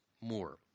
more